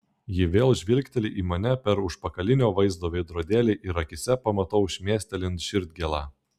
ji vėl žvilgteli į mane per užpakalinio vaizdo veidrodėlį ir akyse pamatau šmėstelint širdgėlą